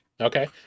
Okay